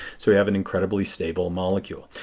so we have an incredibly stable molecule.